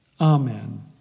Amen